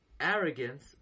arrogance